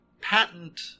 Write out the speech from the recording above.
patent